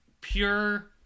pure